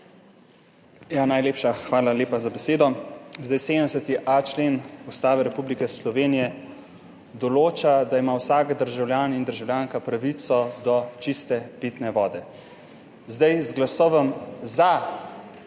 Najlepša hvala za besedo. 70.a člen Ustave Republike Slovenije določa, da ima vsak državljan in državljanka pravico do čiste pitne vode. Z glasom za